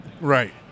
Right